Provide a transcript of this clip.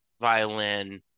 violin